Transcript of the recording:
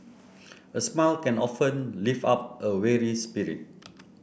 a smile can often lift up a weary spirit